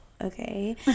okay